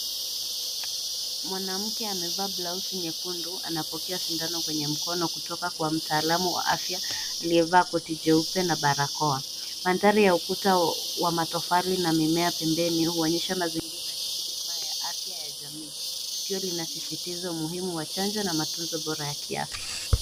Mwanamke amevaa blauzi nyekundu anapokea sindano kwenye mkono kutoka kwa mtaalamu wa afya aliyevaa koti jeupe na barakoa. Mandhari ya ukuta wa matofali na mimea pembeni huonyesha mazingira ya jumla ya afya ya jamii. Tukio linasisitiza umuhimu wa chanjo na matunzo bora ya kiafya.